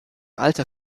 alter